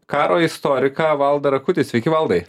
karo istoriką valdą rakutį sveiki valdai